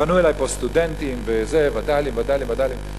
פנו אלי סטודנטים: וד"לים, וד"לים, וד"לים.